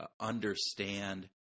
understand